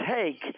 take